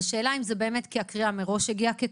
השאלה אם זה כי הקריאה הגיעה מראש ככזאת.